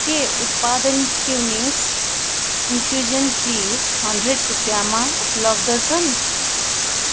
के उत्पादन Twinings infusion tea hundred रुपियाँमा उपलब्ध छन्